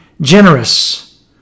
generous